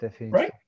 right